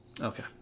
Okay